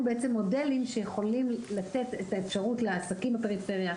בעצם מודלים שיכולים לתת את האפשרות לעסקים בפריפריה,